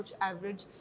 average